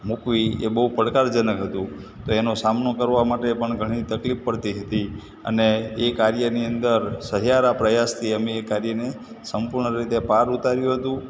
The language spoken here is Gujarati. મૂકવી એ બહું પડકારજનક હતું તો એનો સામનો કરવા માટે પણ ઘણી તકલીફ પડતી હતી અને એ કાર્યની અંદર સહિયારા પ્રયાસથી અમે એ કાર્યને સંપૂર્ણ રીતે પાર ઉતાર્યું હતું